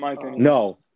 No